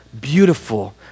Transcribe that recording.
Beautiful